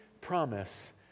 promise